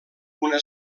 una